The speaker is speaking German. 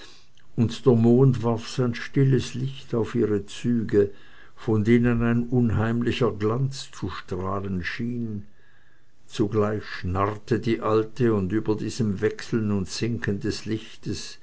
und der mond warf sein stilles licht auf ihre züge von denen ein unheimlicher glanz zu strahlen schien zugleich schnarrte die alte und über diesem wechseln und sinken des lichts